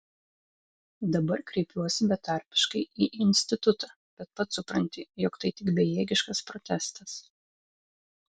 dabar kreipiuosi betarpiškai į institutą bet pats supranti jog tai tik bejėgiškas protestas